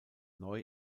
neu